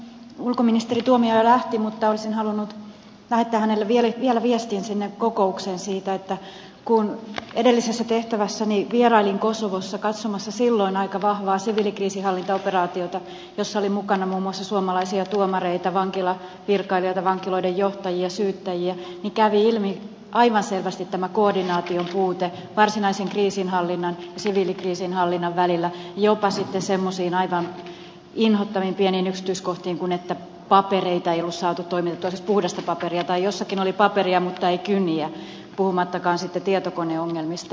ulkoministeri tuomioja lähti mutta olisin halunnut lähettää hänelle vielä viestin sinne kokoukseen siitä että kun edellisessä tehtävässäni vierailin kosovossa katsomassa silloin aika vahvaa siviilikriisinhallintaoperaatiota jossa oli mukana muun muassa suomalaisia tuomareita vankilavirkailijoita vankiloiden johtajia syyttäjiä niin kävi ilmi aivan selvästi tämä koordinaation puute varsinaisen kriisinhallinnan ja siviilikriisinhallinnan välillä jopa sitten semmoisiin aivan inhottavan pieniin yksityiskohtiin saakka kuin että papereita ei ollut saatu toimitettua siis puhdasta paperia tai jossakin oli paperia mutta ei kyniä puhumattakaan sitten tietokoneongelmista